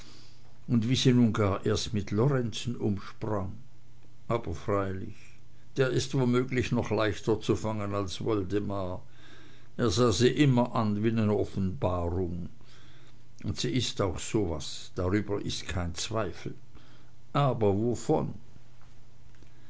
und wie sie nun gar erst mit dem lorenzen umsprang aber freilich der ist womöglich noch leichter zu fangen als woldemar er sah sie immer an wie ne offenbarung und sie ist auch so was darüber is kein zweifel aber wovon